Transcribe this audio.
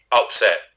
upset